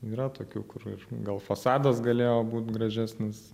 yra tokių kur ir gal fasadas galėjo būt gražesnis